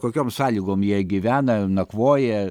kokiom sąlygom jie gyvena nakvoja